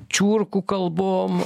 čiurkų kalbom